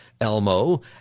Elmo